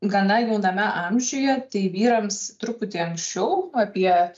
gana jauname amžiuje tai vyrams truputį anksčiau apie